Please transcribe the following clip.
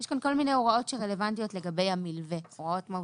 יש כאן כל מיני הוראות שהן רלוונטיות לגבי המילווה; הוראות מהותיות.